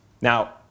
Now